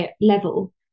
level